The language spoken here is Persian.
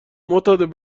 معتاد